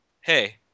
hey